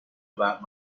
about